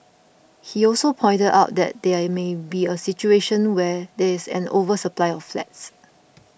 he also pointed out that there may be a situation where there is an oversupply of flats